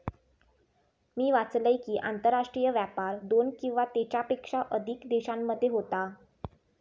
मी वाचलंय कि, आंतरराष्ट्रीय व्यापार दोन किंवा त्येच्यापेक्षा अधिक देशांमध्ये होता